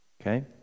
Okay